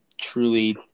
truly